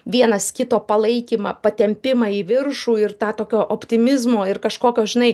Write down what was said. vienas kito palaikymą patempimą į viršų ir tą tokio optimizmo ir kažkokio žinai